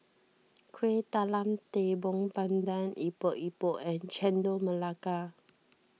Kuih Talam Tepong Pandan Epok Epok and Chendol Melaka